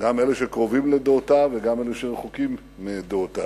גם אלה שקרובים לדעותיו וגם אלה שרחוקים מדעותיו.